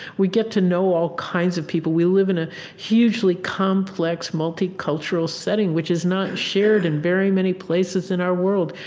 we get to know all kinds of people. we live in a hugely complex, multicultural setting, which is not shared in very many places in our world.